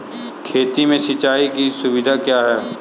खेती में सिंचाई की सुविधा क्या है?